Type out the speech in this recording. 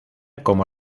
como